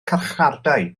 carchardai